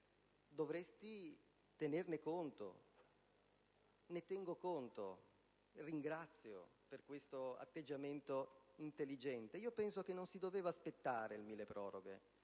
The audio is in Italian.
dovrei tenerne conto. Ne tengo conto, e ringrazio per questo atteggiamento intelligente. Penso che non si dovesse aspettare il milleproroghe,